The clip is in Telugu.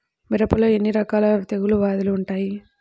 మిరప పంటలో ఎన్ని రకాల తెగులు వ్యాధులు వుంటాయి?